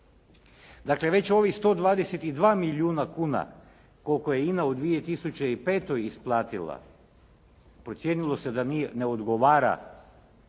Dakle, već ovih 122 milijuna kuna koliko je INA u 2005. isplatila procijenilo se da nije, ne odgovara